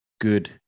good